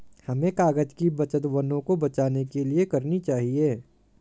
हमें कागज़ की बचत वनों को बचाने के लिए करनी चाहिए